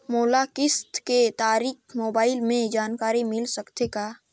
मोला किस्त के तारिक मोबाइल मे जानकारी मिल सकथे का?